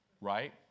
Right